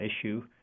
issue